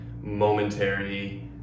momentary